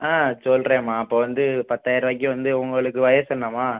ஆ சொல்லுறேன்ம்மா இப்போ வந்து பத்தாயிருவாய்க்கு வந்து உங்களுக்கு வயசு என்னம்மா